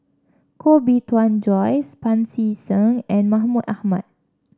Koh Bee Tuan Joyce Pancy Seng and Mahmud Ahmad